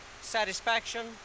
Satisfaction